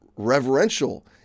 reverential